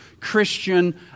Christian